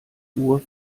uhr